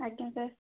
ଆଜ୍ଞା ସାର୍